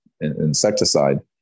insecticide